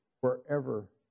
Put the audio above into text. wherever